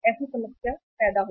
ताकि समस्या पैदा हो